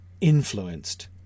influenced